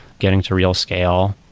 getting to real scale,